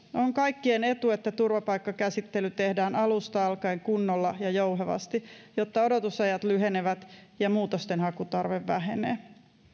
on kaikkien etu että turvapaikkakäsittely tehdään alusta alkaen kunnolla ja jouhevasti jotta odotusajat lyhenevät ja muutoksenhakutarve vähenee